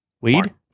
Weed